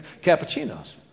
cappuccinos